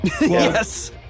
Yes